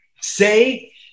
Say